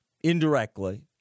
indirectly